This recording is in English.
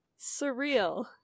surreal